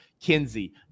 Kinsey